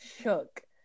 Shook